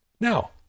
Now